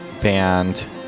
Band